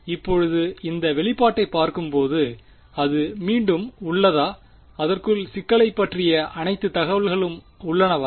இப்போது இந்த வெளிப்பாட்டைப் பார்க்கும்போது அது மீண்டும் உள்ளதா அதற்குள் சிக்கலைப் பற்றிய அனைத்து தகவல்களும் உள்ளனவா